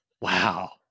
Wow